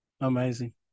Amazing